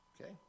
Okay